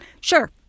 Sure